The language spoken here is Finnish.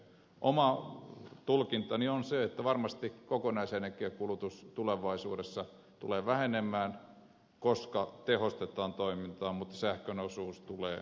oma tulkintani on se että varmasti kokonaisenergiankulutus tulevaisuudessa tulee vähenemään koska tehostetaan toimintaa mutta sähkön osuus tulee siinä kasvamaan